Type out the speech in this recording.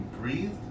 breathe